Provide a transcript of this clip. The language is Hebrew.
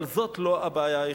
אבל זאת לא הבעיה היחידה."